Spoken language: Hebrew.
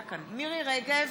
רגב,